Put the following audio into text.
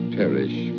perish